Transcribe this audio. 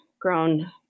grown